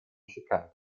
chicago